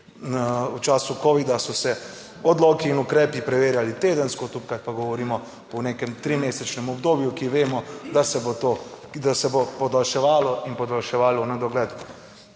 v času Covida so se odloki in ukrepi preverjali tedensko, tukaj pa govorimo o nekem trimesečnem obdobju, ki vemo, da se bo to, da se bo podaljševalo in podaljševalo v nedogled.